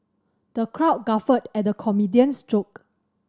the crowd guffawed at the comedian's joke